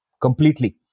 completely